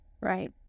right